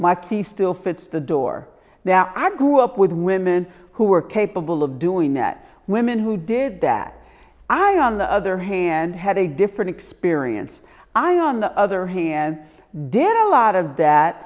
my key still fits the door that i grew up with women who are capable of doing that women who did that i on the other hand had a different experience i on the other hand did a lot of that